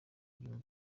gihugu